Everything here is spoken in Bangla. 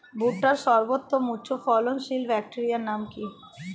ভুট্টার সর্বোত্তম উচ্চফলনশীল ভ্যারাইটির নাম কি?